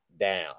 down